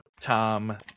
Tom